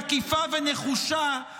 תגידו מילה טובה.